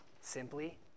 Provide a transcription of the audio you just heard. Simply